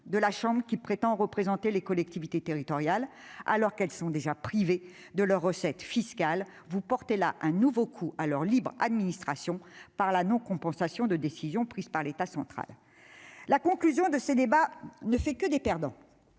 de la chambre qui prétend représenter les collectivités territoriales. Alors que celles-ci sont déjà privées de leurs recettes fiscales. Vous portez là un nouveau coup à leur libre administration, par la non-compensation de décisions prises par l'État central. La conclusion de ces débats ne laisse que des perdants